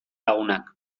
lagunak